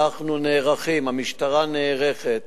אנחנו נערכים, המשטרה נערכת,